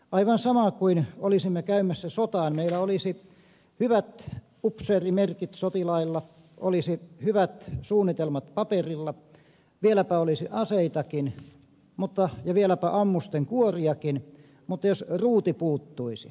aivan sama kuin olisimme käymässä sotaan ja meillä olisi hyvät upseerimerkit sotilailla olisi hyvät suunnitelmat paperilla vieläpä olisi aseitakin ja vieläpä ammusten kuoriakin mutta ruuti puuttuisi